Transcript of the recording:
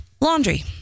Laundry